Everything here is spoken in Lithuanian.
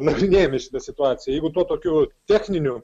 nagrinėjame šitą situaciją jeigu tuo tokiu techniniu